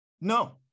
No